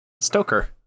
Stoker